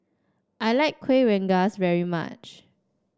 I like Kuih Rengas very much